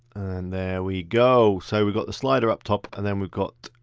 and there we go. so we've got the slider up top and then we've got